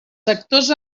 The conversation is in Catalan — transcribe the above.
sectors